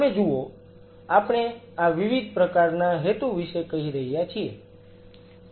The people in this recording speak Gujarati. તમે જુઓ આપણે આ વિવિધ પ્રકારના હેતુ વિશે કહી રહ્યા છીએ